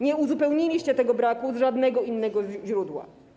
Nie uzupełniliście tego braku z żadnego innego źródła.